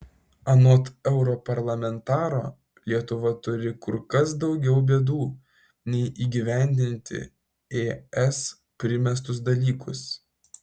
anot europarlamentaro lietuva turi kur kas daugiau bėdų nei įgyvendinti es primestus dalykus